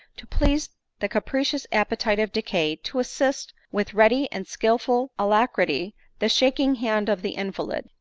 to please' the capri cious appetite of decay, to assist with ready and skilful alacrity the shaking hand of the invalid,